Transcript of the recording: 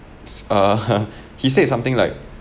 uh he said something like